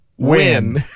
Win